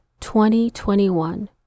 2021